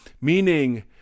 meaning